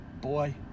Boy